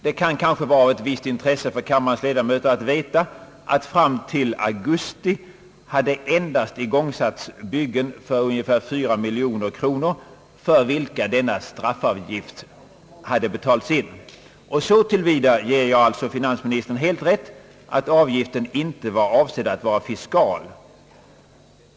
Det kan möjligen vara av ett visst intresse för kammarens ledamöter att veta att fram till augusti hade igångsatts byggen för endast ungefär 4 miljoner kronor, för vilka straffavgiften betalats in. Så till vida ger jag alltså finansministern helt rätt, att avgiften icke avsågs att vara fiskal.